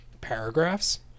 paragraphs